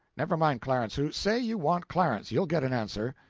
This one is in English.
never mind clarence who. say you want clarence you'll get an answer.